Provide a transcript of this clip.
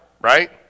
right